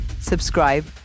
subscribe